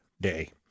day